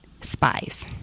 Spies